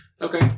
Okay